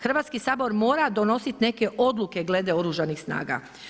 Hrvatski sabor mora donosit neke odluke glede Oružanih snaga.